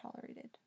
tolerated